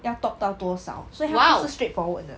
要 top 到多少所以他不是 straightforward 的